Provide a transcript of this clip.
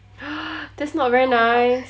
that's not very nice